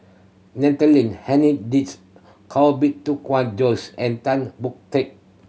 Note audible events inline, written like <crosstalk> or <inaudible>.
Natalie <unintelligible> Koh Bee Tuan Joyce and Tan Boon Teik